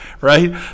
right